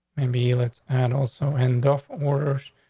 maybe let's and also end off waters.